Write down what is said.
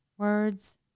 words